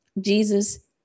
Jesus